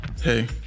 Hey